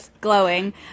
glowing